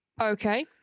Okay